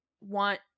want